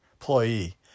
employee